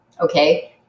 Okay